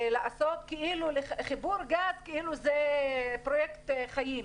ולעשות כאילו חיבור גז זה פרויקט חיים.